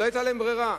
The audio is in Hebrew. לא היתה להן ברירה,